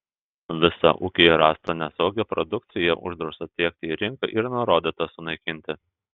visą ūkyje rastą nesaugią produkciją uždrausta tiekti į rinką ir nurodyta sunaikinti